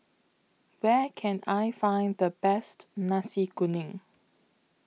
Where Can I Find The Best Nasi Kuning